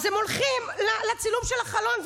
אז הם הולכים לצילום של החלון,